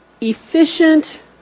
efficient